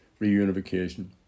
reunification